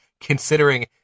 Considering